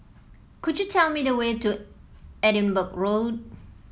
could you tell me the way to Edinburgh Road